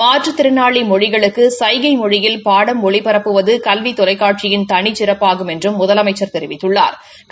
மாற்றுத்திறனாளி மொழிகளுக்கு சைகை மொழியில் பாடம் ஒளிபரப்புவது கல்வித் தொலைக்காட்சியின் தனிக் சிறப்பாகும் என்றும் முதலமைச்சா் தெரிவித்துள்ளாா்